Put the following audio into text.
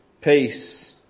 Peace